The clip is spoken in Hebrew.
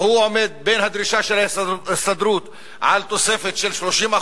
עומד בין הדרישה של ההסתדרות לתוספת של 30%,